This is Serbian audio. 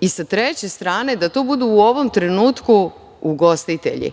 i sa treće strane, da to budu u ovom trenutku ugostitelji